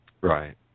Right